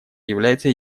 является